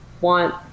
want